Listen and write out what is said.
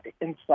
inside